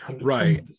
right